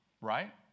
Right